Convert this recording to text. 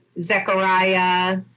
Zechariah